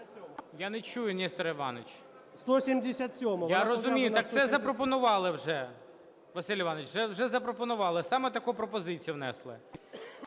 вона показана… ГОЛОВУЮЧИЙ. Я розумію, так це запропонували вже. Василь Іванович, вже запропонували, саме таку пропозицію внесли.